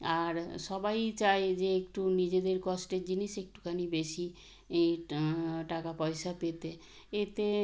আর সবাই চায় যে একটু নিজেদের কষ্টের জিনিস একটুখানি বেশি এই টাকা পয়সা পেতে এতে